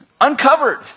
uncovered